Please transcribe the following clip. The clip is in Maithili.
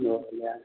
सब इएह